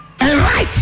right